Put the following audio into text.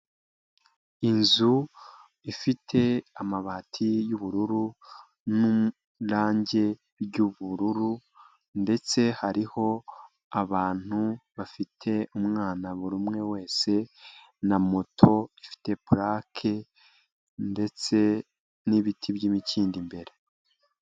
Inzu ifite amabati y'ubururu n'irangi ry'ubururu, ndetse hariho abantu bafite umwana buri umwe wese na moto ifite palake, ndetse n'ibiti by'imikindo imbere.